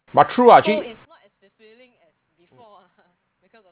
but true ah actually